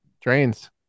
Trains